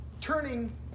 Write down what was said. turning